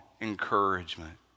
encouragement